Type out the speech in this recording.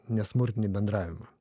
nesmurtinį bendravimą